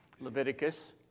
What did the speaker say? Leviticus